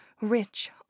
rich